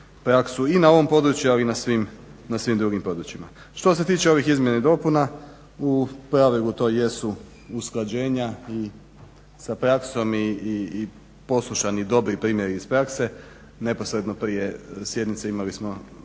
i na ovom području, ali i na svim drugim područjima. Što se tiče ovi izmjena i dopuna, u pravilu to jesu usklađenja sa praksom i poslušani, dobri primjeri iz prakse. Neposredno prije sjednice imali smo